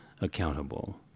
accountable